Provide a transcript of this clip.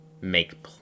make